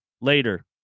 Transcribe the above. later